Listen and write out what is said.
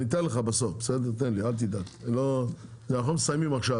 אני אתן לך בסוף אל תדאג, אנחנו לא מסיימים עכשיו.